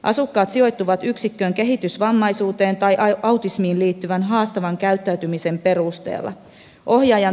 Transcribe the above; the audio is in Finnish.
asukkaat sijoittuvat yksikköön kehitysvammaisuuteen tai autismiin liittyvän haastavan käyttäytymisen perusteella